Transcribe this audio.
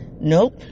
nope